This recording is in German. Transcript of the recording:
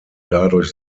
dadurch